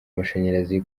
amashanyarazi